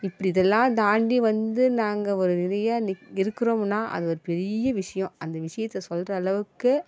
இப்படி இதெல்லாம் தாண்டி வந்து நாங்கள் ஒரு நிலையாக இருக்கிறோம்னா அது ஒரு பெரிய விஷயோம் அந்த விஷயத்த சொல்கிற அளவுக்கு